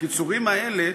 הקיצורים האלה,